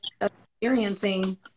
experiencing